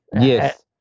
Yes